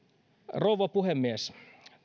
rouva puhemies